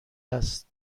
است